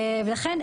לכן,